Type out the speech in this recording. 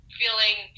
feeling